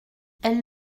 elles